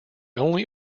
only